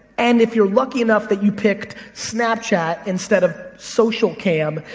and if you're lucky enough that you picked snapchat instead of socialcam,